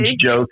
joke